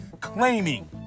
claiming